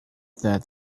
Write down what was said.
that